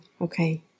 Okay